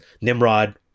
Nimrod